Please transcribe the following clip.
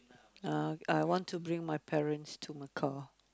ah I want to bring my parents to Macau